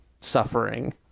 suffering